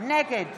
נגד